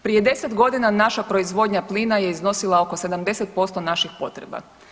Prije 10 godina naša proizvodnja plina je iznosila oko 70% naših potreba.